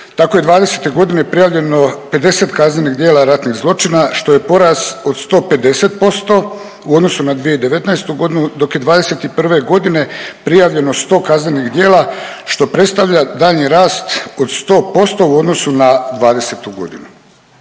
Tako je '20. g. prijavljeno 50 kaznenih djela ratnih zločina, što je porast od 150% u odnosu na 2019. g., dok je '21. g. prijavljeno 100 kaznenih djela, što predstavlja daljnji rast od 100% u odnosu na '20. g.